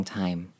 time